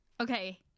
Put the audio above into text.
Okay